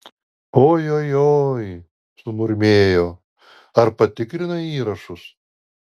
ojojoi sumurmėjo ar patikrinai įrašus